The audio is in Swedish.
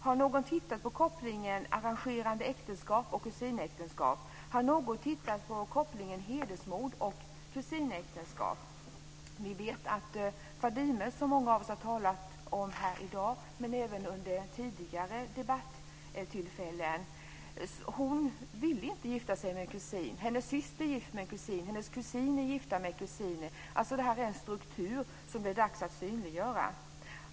Har någon tittat på kopplingen mellan arrangerade äktenskap och kusinäktenskap? Har någon tittat på kopplingen mellan hedersmord och kusinäktenskap? Vi vet att Fadime, som många av oss har talat om här i dag men även vid ett tidigare debattillfälle, inte ville gifta sig med en kusin. Hennes syster är gift med en kusin. Hennes kusiner är gifta med kusiner. Det här är en struktur som det är dags att synliggöra.